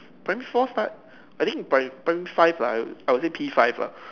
primary four start I think pri~ primary five lah I would say P five lah